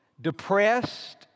depressed